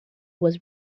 was